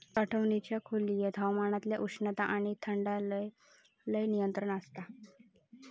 साठवणुकीच्या खोलयेत हवामानातल्या उष्णता आणि थंडायर लय नियंत्रण आसता